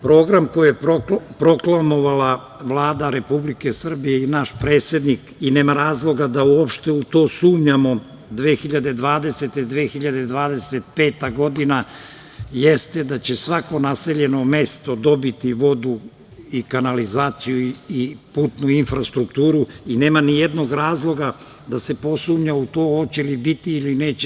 Program koji je proklamovala Vlada Republike Srbije i naš predsednik i nema razloga da uopšte u to sumnjamo, 2020 – 2025. godina, jeste da će svako naseljeno mesto dobiti vodu i kanalizaciju i putnu infrastrukturu, i nema nijednog razloga da se posumnja u to hoće li biti ili neće.